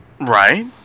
right